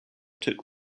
took